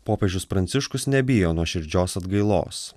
popiežius pranciškus nebijo nuoširdžios atgailos